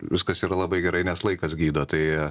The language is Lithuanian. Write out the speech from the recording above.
viskas yra labai gerai nes laikas gydo tai